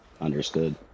understood